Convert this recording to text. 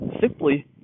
Simply